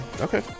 Okay